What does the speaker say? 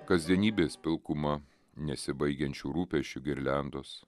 kasdienybės pilkuma nesibaigiančių rūpesčių girliandos